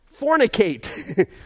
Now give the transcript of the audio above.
fornicate